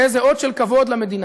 יהא זה אות של כבוד למדינה,